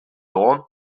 dawn